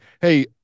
Hey